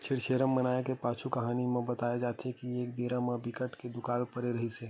छेरछेरा मनाए के पाछू कहानी म बताए जाथे के एक बेरा म बिकट के दुकाल परे रिहिस हे